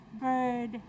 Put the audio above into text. bird